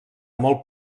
molt